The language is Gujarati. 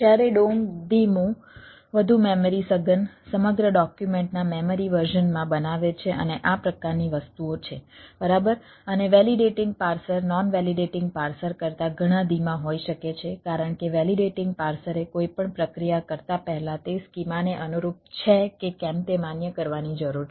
જ્યારે DOM ધીમું વધુ મેમરી પાર્સર કરતાં ઘણાં ધીમા હોઈ શકે છે કારણ કે વેલીડેટિંગ પાર્સરે કોઈપણ પ્રક્રિયા કરતા પહેલા તે સ્કીમાને અનુરૂપ છે કે કેમ તે માન્ય કરવાની જરૂર છે